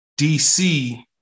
DC